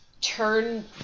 turn